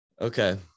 Okay